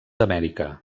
amèrica